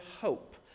hope